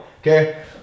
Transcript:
Okay